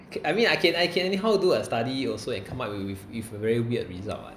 I mean I can I can anyhow do a study also and come up with with a very weird result lah